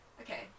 Okay